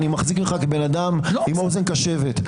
אני מחזיק ממך בן אדם עם אוזן קשבת,